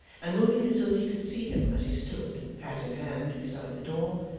and moving it so that he could see him as he stood, hat in hand, beside the door,